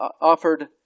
offered